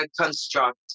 construct